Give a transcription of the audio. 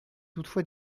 toutefois